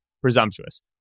presumptuous